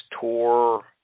tour